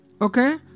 Okay